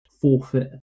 forfeit